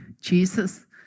Jesus